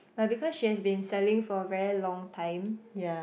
but because she has been selling for a very long time